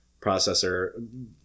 processor